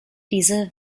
diese